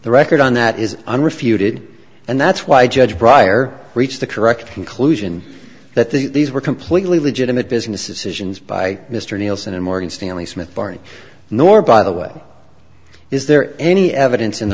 the record on that is unrefuted and that's why judge bryer reached the correct conclusion that these were completely legitimate business of citizens by mr nielsen and morgan stanley smith barney nor by the way is there any evidence in